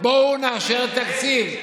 בואו נאשר תקציב.